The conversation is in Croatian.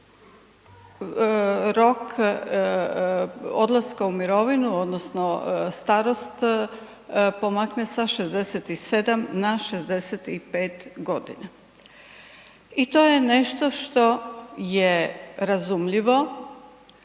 se rok odlaska u mirovinu odnosno starost pomakne sa 67 na 65 godina. I to je nešto što je razumljivo